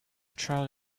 child